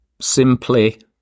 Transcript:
simply